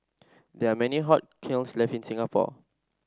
there are many kilns left in Singapore